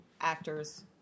actors